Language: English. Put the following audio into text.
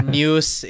news